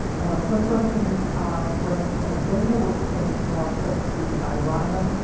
and my third question is ah when boehner was changed or substituted by ryan,